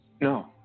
No